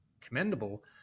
commendable